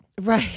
Right